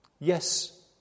Yes